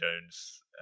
jones